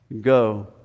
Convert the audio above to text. go